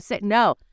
no